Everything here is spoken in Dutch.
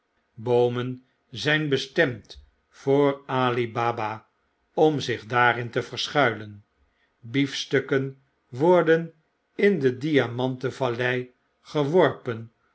zijn bestemd voor ali baba om zichdaarinte verschuilen beefstukken worden in de diamanten vallei geworpen